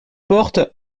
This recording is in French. portent